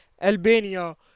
Albania